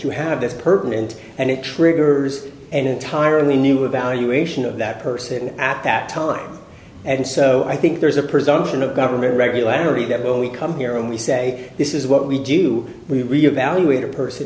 you have this pertinent and it triggers an entirely new evaluation of that person at that time and so i think there's a presumption of government regularity that we come here and we say this is what we do we reevaluated person